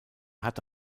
hatte